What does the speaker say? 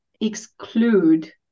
exclude